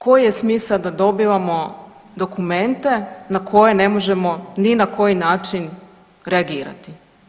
Koji je smisao da dobivamo dokumente na koje ne možemo ni na koji način reagirati?